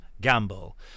gamble